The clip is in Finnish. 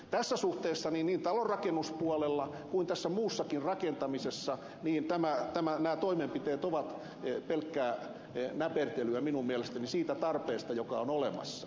tässä suhteessa niin talonrakennuspuolella kuin tässä muussakin rakentamisessa nämä toimenpiteet ovat pelkkää näpertelyä minun mielestäni verrattuna siihen tarpeeseen joka on olemassa